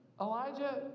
Elijah